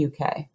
UK